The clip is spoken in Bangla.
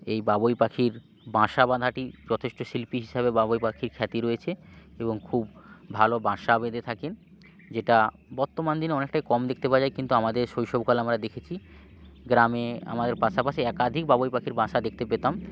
এই বাবুই পাখির বাঁসা বাঁধাটি যথেষ্ট শিল্পী হিসাবে বাবুই পাখির খ্যাতি রয়েছে এবং খুব ভালো বাঁসা বেঁধে থাকেন যেটা বর্তমান দিনে অনেকটাই কম দেখতে পাওয়া যায় কিন্তু আমাদের শৈশবকালে আমরা দেখেছি গ্রামে আমাদের পাশাপাশি একাধিক বাবুই পাখির বাসা দেখতে পেতাম